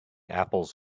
apples